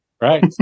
Right